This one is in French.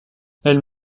elle